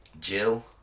Jill